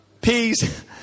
Please